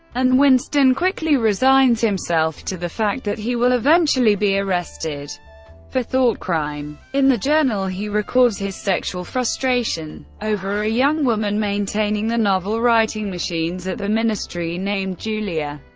and winston quickly resigns himself to the fact that he will eventually be arrested for thoughtcrime. in the journal, he records his sexual frustration over a young woman maintaining the novel-writing machines at the ministry named julia,